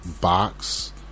box